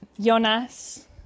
Jonas